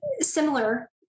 similar